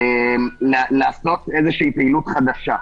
כאלה, פעילות חדשה,